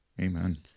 amen